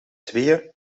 tweeën